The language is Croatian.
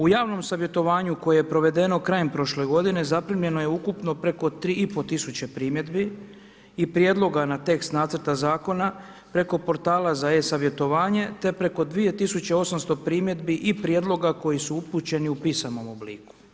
U javnom savjetovanju koje je provedeno krajem prošle godine zaprimljeno je ukupno preko 3500 primjedbi i prijedloga na tekst nacrta zakona preko portala za e-savjetovanje te preko 2800 primjedbi i prijedloga koji su upućeni u pisanom obliku.